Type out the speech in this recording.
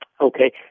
Okay